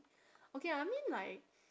okay I mean like